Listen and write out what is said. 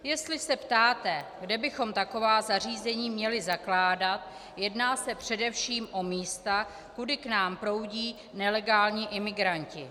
Jestli se ptáte, kde bychom taková zařízení měli zakládat, jedná se především o místa, kudy k nám proudí nelegální imigranti.